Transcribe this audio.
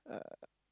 uh